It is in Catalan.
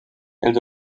els